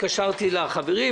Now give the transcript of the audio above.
התקשרתי לחברים.